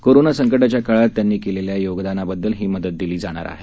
corona संकटाच्या काळात त्यांनी केलेल्या योगदानाबद्दल ही मदत दिली जाणार आहे